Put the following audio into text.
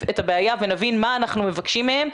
את הבעיה ונבין מה אנחנו מבקשים מהן.